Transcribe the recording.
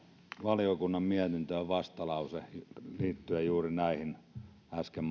valiokunnan mietintöön vastalause liittyen juuri näihin äsken